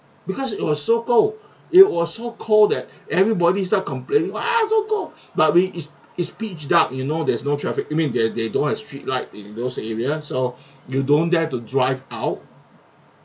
because it was so cold it was so cold that everybody start complaining !wah! so cold but we it's it's pitch-dark you know there's no traffic eh mean they they don't have street light in those area so you don't dare to drive out